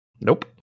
Nope